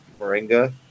moringa